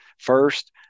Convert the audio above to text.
First